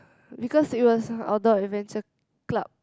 because it was Outdoor Adventure Club